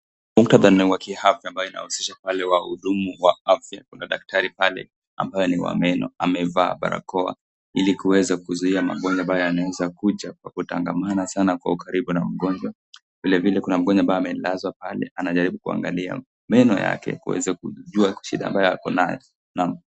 Muktadha ni wa kiafya ambapo inahusisha pale wahudumu wa afya. Kuna daktari pale ambaye ni wa meno. Amevaa barakoa ili kuzuia magonjwa ambayo yanaweza kuja kwa kutangamana sana kwa ukaribu na mgonjwa. Vilevile kuna mgonjwa ambaye amelazwa pale anajaribu kuangalia meno yake kuweza kujua shida ambaye ako nayo. Naam.